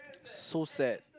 so sad